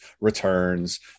returns